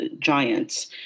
giants